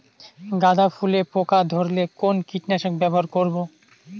গাদা ফুলে পোকা ধরলে কোন কীটনাশক ব্যবহার করব?